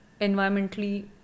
environmentally